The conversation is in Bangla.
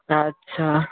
আচ্ছা